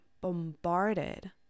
bombarded